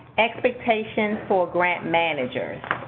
expectations for grant managers.